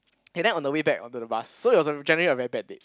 can I on the way back onto the bus so it was generate a very bad date